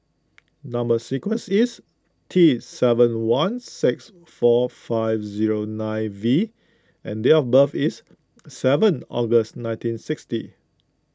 Number Sequence is T seven one six four five zero nine V and date of birth is seven August nineteen sixty